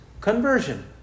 conversion